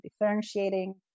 differentiating